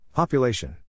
Population